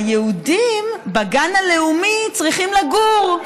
היהודים בגן הלאומי צריכים לגור,